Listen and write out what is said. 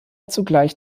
zugleich